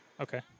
Okay